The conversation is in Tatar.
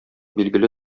билгеле